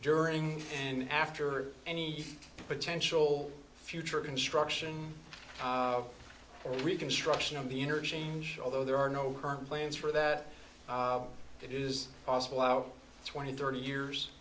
during and after any potential future construction of the reconstruction of the interchange although there are no current plans for that it is possible out twenty thirty years